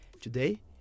Today